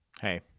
Hey